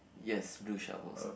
yes blue shovels